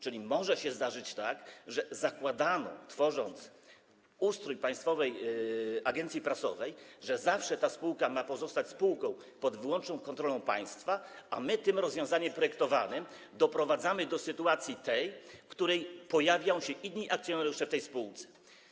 Czyli może się zdarzyć tak: zakładano, tworząc ustrój Polskiej Agencji Prasowej, że zawsze ta spółka ma pozostać spółką pod wyłączną kontrolą państwa, a my tym rozwiązaniem projektowanym doprowadzamy do sytuacji, w której pojawią się inni akcjonariusze tej spółki.